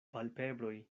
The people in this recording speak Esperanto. palpebroj